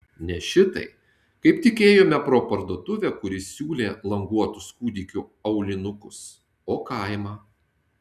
ne šitai kaip tik ėjome pro parduotuvę kuri siūlė languotus kūdikių aulinukus o kaimą